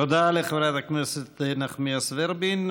תודה לחברת הכנסת נחמיאס ורבין.